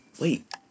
Wait